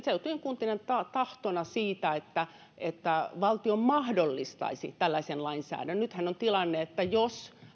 seutujen kuntien yhteisenä tahtona siitä että että valtio mahdollistaisi tällaisen lainsäädännön nythän on se tilanne että jos